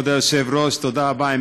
כבוד היושב-ראש, תודה רבה.